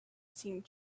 seemed